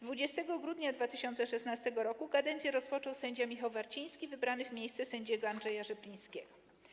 20 grudnia 2016 r. kadencję rozpoczął sędzia Michał Warciński, wybrany w miejsce sędziego Andrzeja Rzeplińskiego.